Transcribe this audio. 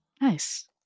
Nice